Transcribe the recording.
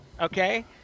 okay